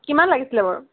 কিমান লাগিছিলে বাৰু